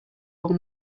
one